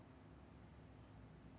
yeah